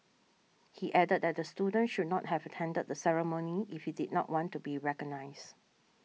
he added that the student should not have attended the ceremony if he did not want to be recognised